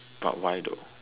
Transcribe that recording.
but why though